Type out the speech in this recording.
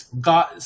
God